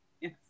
Yes